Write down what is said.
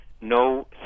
no